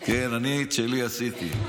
אני את שלי עשיתי.